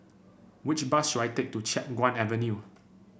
which bus should I take to Chiap Guan Avenue